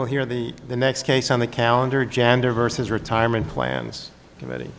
well here the the next case on the calendar gender versus retirement plans